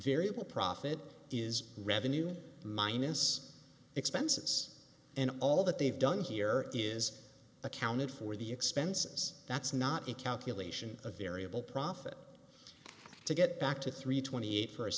variable profit is revenue minus expenses and all that they've done here is accounted for the expenses that's not a calculation of variable profit to get back to three twenty eight for a